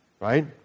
right